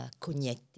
Cognetti